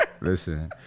Listen